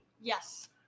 Yes